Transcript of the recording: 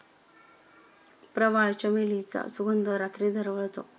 प्रवाळ, चमेलीचा सुगंध रात्री दरवळतो